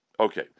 Okay